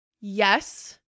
yes